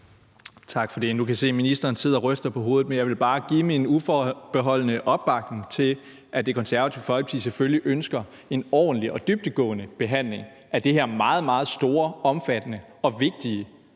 Tak for det. Nu kan jeg se, at ministeren sidder og ryster på hovedet, men jeg vil bare give min uforbeholdne opbakning, i forhold til at Det Konservative Folkeparti selvfølgelig ønsker en ordentlig og dybdegående behandling af det her meget, meget store, omfattende og vigtige